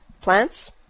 plants